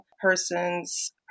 person's